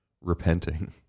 repenting